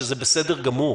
שזה בסדר גמור